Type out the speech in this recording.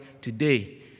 today